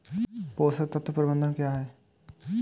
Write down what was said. पोषक तत्व प्रबंधन क्या है?